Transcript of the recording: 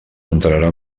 entrarà